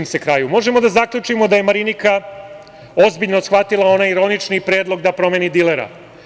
Možemo da zaključimo da je Marinika ozbiljno shvatila onaj ironični predlog da promeni dilera.